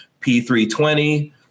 P320